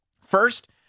First